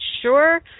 sure